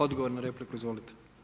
Odgovor na repliku, izvolite.